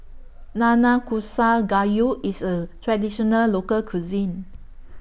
Nanakusa Gayu IS A Traditional Local Cuisine